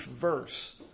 verse